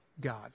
God